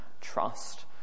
trust